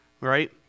right